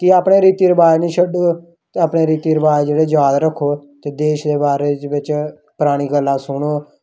कि अपने रीति रवाज निं छड्डो ते अपने रीति रवाज जेह्ड़े याद रक्खो ते देश दे बारे बिच्च परानी गल्लां सुनो